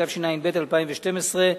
התשע"א 2011,